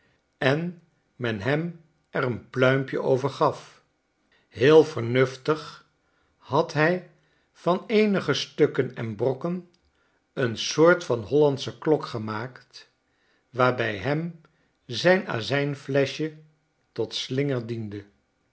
en men hem er een pluimpje over gaf heel vernuftig had hij van eenige stukken en brokken een soort van hollandsche klok gemaakt waarbij hem zijn azijnfleschje tot slinger diende